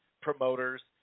promoters